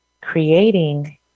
creating